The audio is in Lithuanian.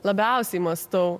labiausiai mąstau